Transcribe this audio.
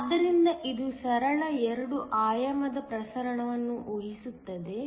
ಆದ್ದರಿಂದ ಇದು ಸರಳ 2 ಆಯಾಮದ ಪ್ರಸರಣವನ್ನು ಊಹಿಸುತ್ತದೆ